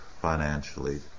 financially